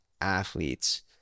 athletes